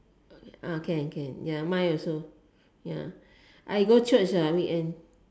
ah can can ya mine also ya I go church ah weekend